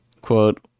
quote